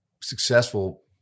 successful